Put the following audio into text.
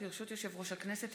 ברשות יושב-ראש הכנסת,